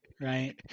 right